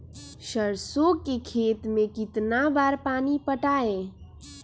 सरसों के खेत मे कितना बार पानी पटाये?